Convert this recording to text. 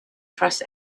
trust